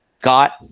got